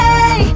Hey